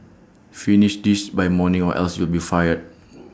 finish this by tomorrow or else you'll be fired